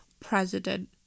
President